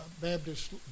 Baptist